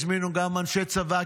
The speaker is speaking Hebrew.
הזמינו גם אנשי צבא,